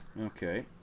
Okay